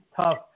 tough